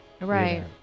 Right